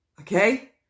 Okay